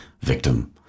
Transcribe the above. victim